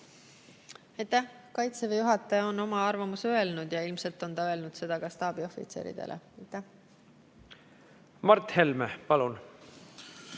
Kaitseväe juhataja on oma arvamuse öelnud ja ilmselt on ta öelnud seda ka staabiohvitseridele. Mart Helme, palun!